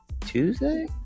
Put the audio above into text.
Tuesday